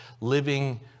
living